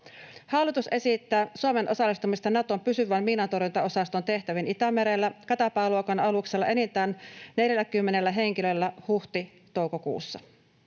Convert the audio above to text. Hallitus esittää Suomen osallistumista Naton pysyvän miinantorjuntaosaston tehtäviin Itämerellä Katanpää-luokan aluksella enintään 40 henkilöllä huhti—toukokuussa.